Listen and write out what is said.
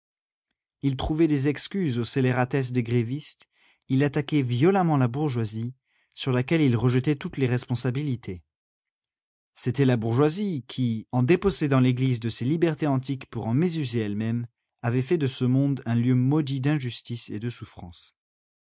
il trouvait des excuses aux scélératesses des grévistes il attaquait violemment la bourgeoisie sur laquelle il rejetait toutes les responsabilités c'était la bourgeoisie qui en dépossédant l'église de ses libertés antiques pour en mésuser elle-même avait fait de ce monde un lieu maudit d'injustice et de souffrance